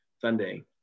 Sunday